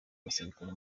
abasirikare